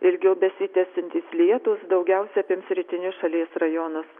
ilgiau besitęsiantys lietūs daugiausia apims rytinius šalies rajonus